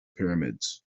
pyramids